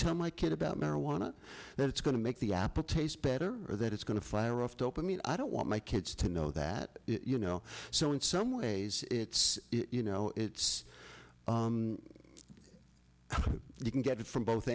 tell my kid about marijuana that it's going to make the appetites better or that it's going to fire off top of me and i don't want my kids to know that you know so in some ways it's you know it's you can get it from both